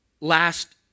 Last